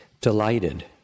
delighted